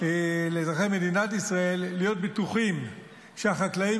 לאזרחי מדינת ישראל להיות בטוחים שהחקלאים